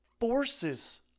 forces